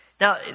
Now